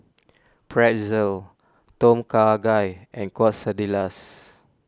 Pretzel Tom Kha Gai and Quesadillas